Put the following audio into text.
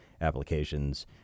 applications